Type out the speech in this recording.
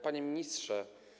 Panie Ministrze!